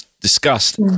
discussed